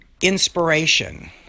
inspiration